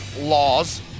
laws